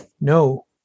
No